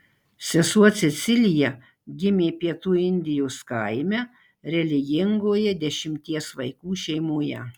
sesuo cecilija gimė pietų indijos kaime religingoje dešimties vaikų šeimoje